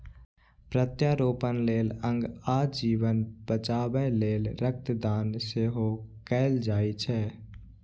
प्रत्यारोपण लेल अंग आ जीवन बचाबै लेल रक्त दान सेहो कैल जाइ छै